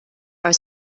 are